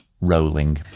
rolling